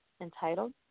entitled